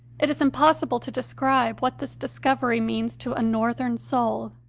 it is impossible to describe what this discovery means to a northern soul.